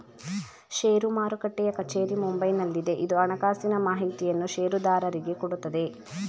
ಷೇರು ಮಾರುಟ್ಟೆಯ ಕಚೇರಿ ಮುಂಬೈನಲ್ಲಿದೆ, ಇದು ಹಣಕಾಸಿನ ಮಾಹಿತಿಯನ್ನು ಷೇರುದಾರರಿಗೆ ಕೊಡುತ್ತದೆ